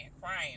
crying